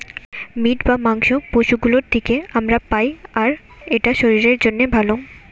meet বা মাংস পশু গুলোর থিকে আমরা পাই আর এটা শরীরের জন্যে ভালো